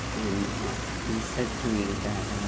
and you said to me that,